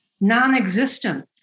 non-existent